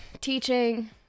teaching